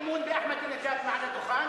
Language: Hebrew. באחמדינג'אד מעל הדוכן.